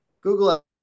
Google